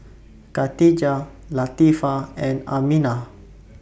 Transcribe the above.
Katijah Latifa and Aminah